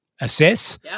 Assess